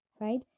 right